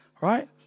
Right